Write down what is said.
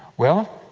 well.